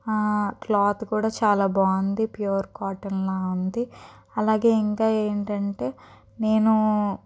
cloth కూడా చాలా బాగుంది ప్యూర్ కాటన్లా ఉంది అలాగే ఇంకా ఏంటంటే నేను